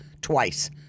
twice